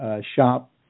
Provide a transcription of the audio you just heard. shop